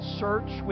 search